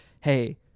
hey